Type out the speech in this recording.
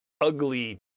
ugly